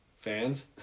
fans